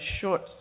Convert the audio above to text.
short